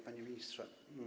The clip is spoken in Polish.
Panie Ministrze!